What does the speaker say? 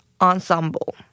ensemble